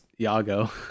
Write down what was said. iago